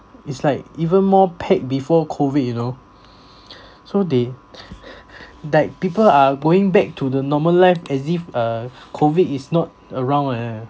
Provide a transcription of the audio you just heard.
it's like even more packed before COVID you know so they like people are going back to the normal life as if uh COVID is not around eh